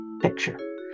picture